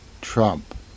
Trump